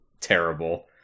Terrible